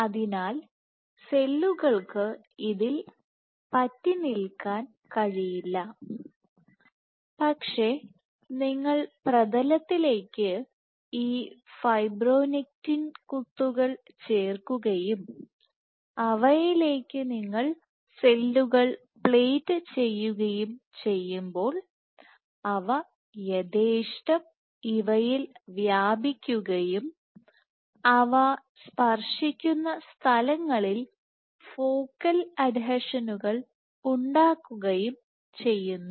അതിനാൽ സെല്ലുകൾക്ക് ഇതിൽ പറ്റിനിൽക്കാൻ കഴിയില്ല പക്ഷേ നിങ്ങൾ പ്രതലത്തിലേക്ക് ഈ ഫൈബ്രോണെക്റ്റിൻ കുത്തുകൾ ചേർക്കുകയും അവയിലേക്കു നിങ്ങൾ സെല്ലുകൾ പ്ലേറ്റ് ചെയ്യുകയും ചെയ്യുമ്പോൾ അവ യഥേഷ്ടം ഇവയിൽ വ്യാപിക്കുകയും അവ സ്പർശിക്കുന്ന സ്ഥലങ്ങളിൽ ഫോക്കൽ അഡ്ഹീഷനുകൾ ഉണ്ടാക്കുകയും ചെയ്യുന്നു